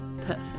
Perfect